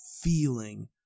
feeling